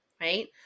right